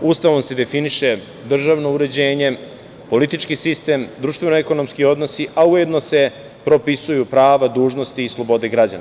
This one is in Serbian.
Ustavom se definiše državno uređenje, politički sistem, društveno-ekonomski odnosi, a ujedno se propisuju prava, dužnosti i slobode građana.